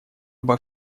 обо